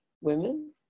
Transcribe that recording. women